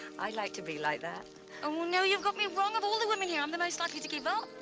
i'd like to be like that. oh, no, you've got me wrong. of all the women here, i'm the most likely to give up.